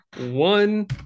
one